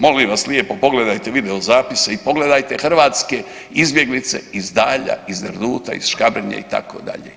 Molim vas lijepo, pogledajte videozapise i pogledajte hrvatske izbjeglice iz Dalja, iz Erduta, iz Škabrnje, itd.